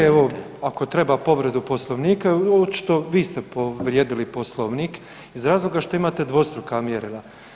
Ne, evo ako treba povredu Poslovnika, očito vi ste povrijedili Poslovnik iz razloga što imate dvostruka mjerila.